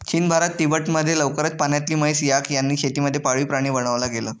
चीन, भारत, तिबेट मध्ये लवकरच पाण्यातली म्हैस, याक यांना शेती मध्ये पाळीव प्राणी बनवला गेल